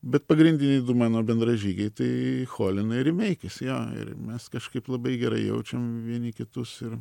bet pagrindiniai du mano bendražygiai tai cholina ir rimeikis jo ir mes kažkaip labai gerai jaučiam vieni kitus ir